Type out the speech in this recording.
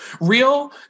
Real